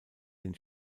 den